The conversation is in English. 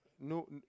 no